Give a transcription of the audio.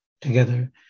together